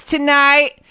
tonight